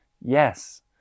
Yes